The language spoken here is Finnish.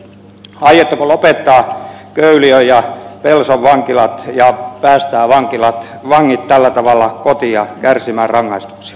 aiotteko lopettaa köyliön ja pelson vankilat ja päästää vangit tällä tavalla kotiin kärsimään rangaistuksia